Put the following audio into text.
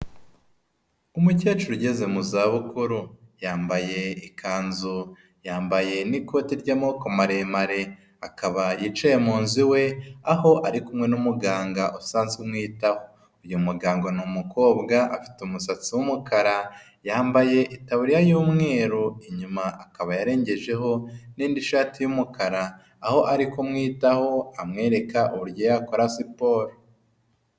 Umukecuru ugeze mu zabukuru, yambaye ikanzu, yambaye n'ikoti ry'amaboko maremare, akaba yicaye mu nzu iwe, aho ari kumwe n'umuganga usanzwe umwitaho, uyu muganga ni umukobwa afite umusatsi w'umukara, yambaye itaburiya y'umweru, inyuma akaba yarengejeho n'indi shati y'umukara, aho ari kumwitaho amwereka uburyo ya kora siporo.